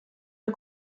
der